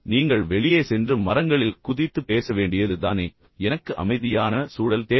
நீங்கள் வெளியே சென்று மரங்களில் குதித்து பேச வேண்டியது தானே எனக்கு அமைதியான சூழல் தேவை